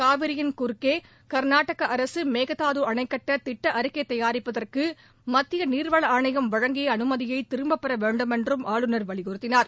காவிரியின் குறுக்கே கர்நாடக அரசு மேகதாது அணைக்கட்ட திட்ட அறிக்கை தயாரிப்பதற்கு மத்திய நீர்வள ஆணையம் வழங்கிய அனுமதியை திரும்பப்பெற வேண்டுமென்றம் ஆளுநர் வலியுறுத்தினார்